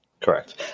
Correct